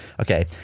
Okay